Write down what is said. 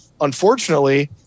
Unfortunately